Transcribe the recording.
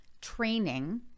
training